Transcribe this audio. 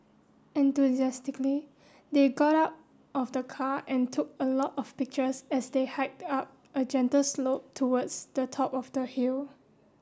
enthusiastically they got out of the car and took a lot of pictures as they hiked up a gentle slope towards the top of the hill